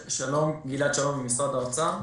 שלום, גלעד שלום ממשרד האוצר,